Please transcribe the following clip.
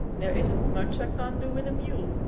there isn't much i can't do with a mule!